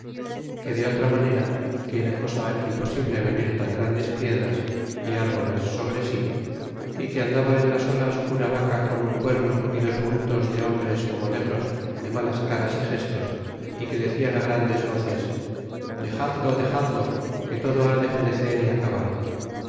que de otra manera que era cosa imposible venir tan grandes piedras fi árboles sobre si y que andaba en las olas una baca con un cuerno y dos bultos de hombres como negros de malas caras y gestos y que decian grandes voces dexadlo dexadlo que todo ha de fenecer a acabar